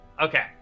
Okay